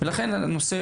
לכן, הנושא הזה